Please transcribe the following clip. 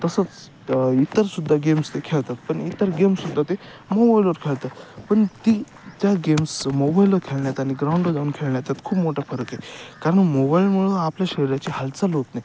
तसंच इतर सुद्धा गेम्स ते खेळतात पण इतर गेम्स सुद्धा ते मोबाईलवर खेळतात पण ती त्या गेम्स मोबाईलवर खेळण्यात आणि ग्राउंडला जाऊन खेळण्यात खूप मोठा फरक आहे कारण मोबाईलमुळं आपल्या शरीराची हालचाल होत नाही